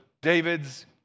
David's